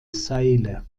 seile